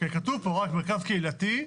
כתוב פה רק מרכז קהילתי,